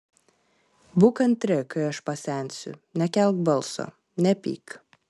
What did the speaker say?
būk kantri kai aš pasensiu nekelk balso nepyk